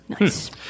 Nice